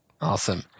Awesome